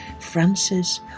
Francis